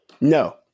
No